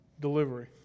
delivery